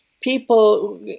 people